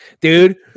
Dude